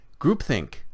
groupthink